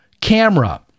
camera